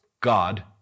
God